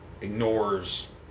ignores